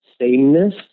sameness